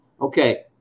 Okay